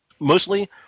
mostly